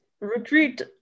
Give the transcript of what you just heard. retreat